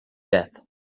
death